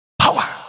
power